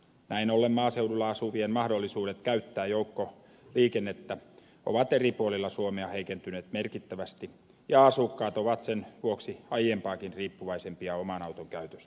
näin ollen maaseudulla asuvien mahdollisuudet käyttää joukkoliikennettä ovat eri puolilla suomea heikentyneet merkittävästi ja asukkaat ovat sen vuoksi aiempaakin riippuvaisempia oman auton käytöstä